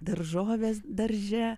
daržoves darže